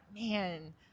man